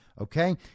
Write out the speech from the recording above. Okay